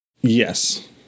Yes